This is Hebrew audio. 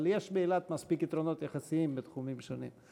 אבל יש באילת מספיק יתרונות יחסיים לתחומים שונים,